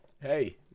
Hey